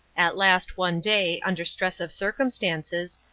at last, one day, under stress of circumstances,